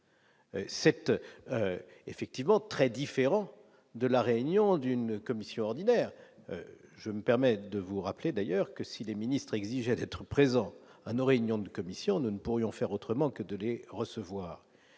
cette effectivement très différent de la réunion d'une commission ordinaire, je me permets de vous rappeler d'ailleurs que si les ministres exigeait d'être présent à nos réunions de commissions, nous ne pourrions faire autrement que de lait recevoir